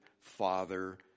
father